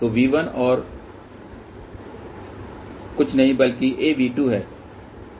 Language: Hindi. तो V1 और कुछ नहीं बल्कि AV2 है